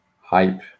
hype